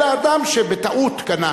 אלא אדם שבטעות קנה.